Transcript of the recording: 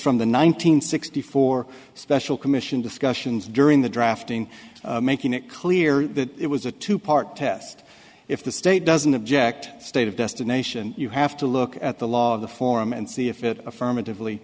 from the nine hundred sixty four special commission discussions during the drafting making it clear that it was a two part test if the state doesn't object state of destination you have to look at the law of the form and see if it affirmative